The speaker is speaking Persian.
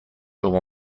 برای